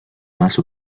más